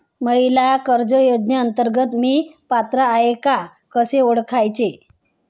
महिला कर्ज योजनेअंतर्गत मी पात्र आहे का कसे ओळखायचे?